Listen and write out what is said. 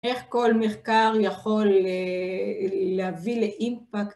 איך כל מחקר יכול להביא לאימפקט